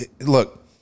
look